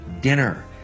dinner